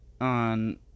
on